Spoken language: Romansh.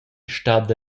stada